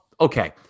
okay